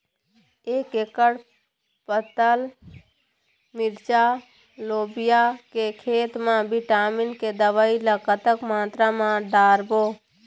एक एकड़ पताल मिरचा लोबिया के खेत मा विटामिन के दवई ला कतक मात्रा म डारबो?